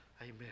amen